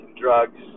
drugs